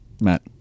Matt